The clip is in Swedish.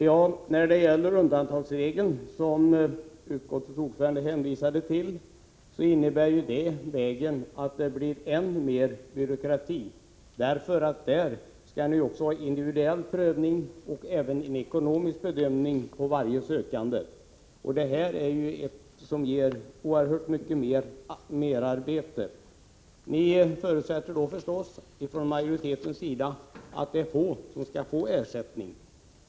Herr talman! Den undantagsregel som utskottets ordförande hänvisar till innebär att det blir än mer byråkrati. I det fallet skall det också ske en individuell prövning och en ekonomisk bedömning beträffande varje sökande, och det innebär mycket merarbete. Majoriteten tycks förutsätta att det är få som skall erhålla ersättning.